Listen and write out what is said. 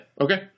Okay